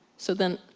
so, then,